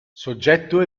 soggetto